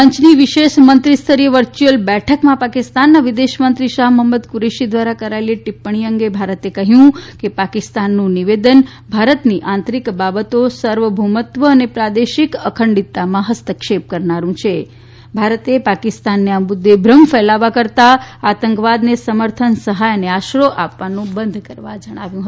મંચની વિશેષ મંત્રી સ્તરીય વચ્યુઅલ બેઠકમાં પાકિસ્તાનનાં વિદેશમંત્રી શાહ મહમદ કુરેશી દ્રારા કરાયેલી ટિપ્પણી અંગે ભારતે કહ્યું કે પાકિસ્તાનનું નિવેદેન ભારતની આંતરીક બાબતો સર્વાભૌમત્વ અને પ્રાદેશીક અખંડીતામાં હસ્તક્ષેપ કરનાર ભારતે પાકિસ્તાનને આ મુદ્દે ભમ્ર ફેલાવા કરતાં આંતંકવાદને સમર્થન સહાય અને આશરો આપવાનું બંધ કરવા જણાવ્યું હતું